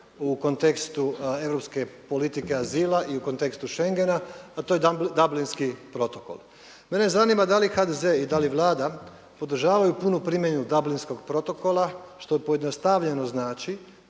u kontekstu europske politike azila i u kontekstu schengena a to je Dublinski protokol. Mene zanima da li HDZ i da li Vlada podražavaju puno primjenu Dublinskog protokola što pojednostavljeno znači